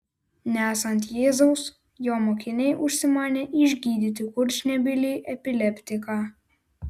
nesant jėzaus jo mokiniai užsimanė išgydyti kurčnebylį epileptiką